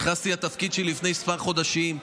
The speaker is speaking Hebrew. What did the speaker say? נכנסתי לתפקיד שלי לפני כמה חודשים,